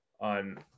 on